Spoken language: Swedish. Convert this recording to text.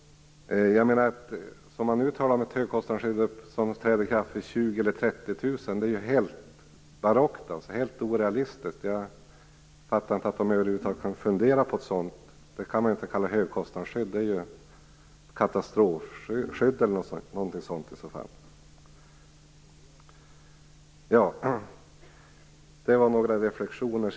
Att tala om ett högkostnadsskydd som träder i kraft vid 20 000 eller 30 000 är helt barockt! Jag fattar inte att de över huvud taget kan fundera över något sådant. Det kan man ju inte kalla högkostnadsskydd - det är katastrofskydd! Detta var några reflexioner.